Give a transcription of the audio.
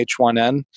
H1N